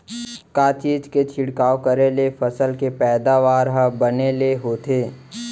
का चीज के छिड़काव करें ले फसल के पैदावार ह बने ले होथे?